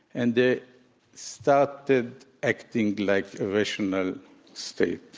and they started acting like rational state.